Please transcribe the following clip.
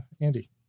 Andy